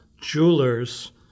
jewelers